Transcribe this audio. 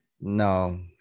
no